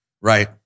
right